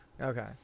Okay